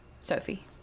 Sophie